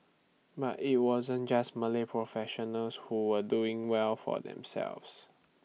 but IT wasn't just Malay professionals who were doing well for themselves